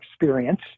experience